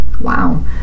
wow